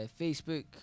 Facebook